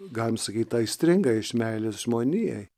galim sakyt aistringą iš meilės žmonijai